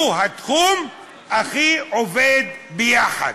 הוא התחום שהכי עובד ביחד.